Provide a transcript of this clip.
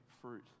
fruit